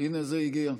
הינה זה הגיע.